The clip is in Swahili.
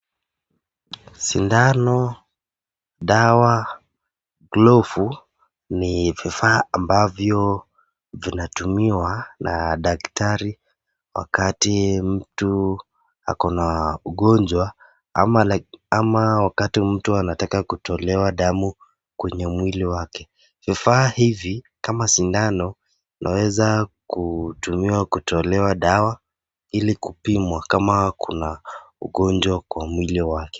Sindano, dawa, glovu ni vifaa ambavyo vinatumiwa na daktari wakati mtu ako na ugonjwa ama ama wakati mtu anataka kutolewa damu kwenye mwili wake. Vifaa hivi kama sindano vinaweza kutumiwa kutolewa dawa ili kupimwa kama kuna ugonjwa kwa mwili wake.